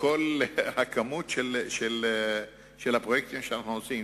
פירוט של כל הפרויקטים שאנחנו עושים,